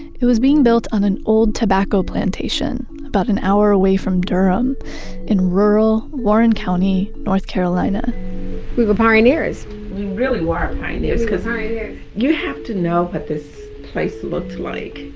it was being built on an old tobacco plantation, about an hour away from durham in rural warren county, north carolina we were pioneers. we really were pioneers because you have to know what this place looked like.